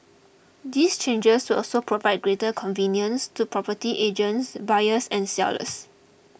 these changes will also provide greater convenience to property agents buyers and sellers